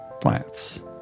Plants